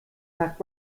sagt